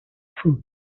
fruits